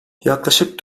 yaklaşık